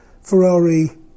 Ferrari